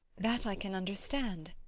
that i can understand.